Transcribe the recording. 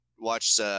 watch